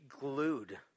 glued